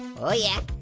oh yeah,